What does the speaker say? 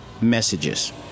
messages